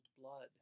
Blood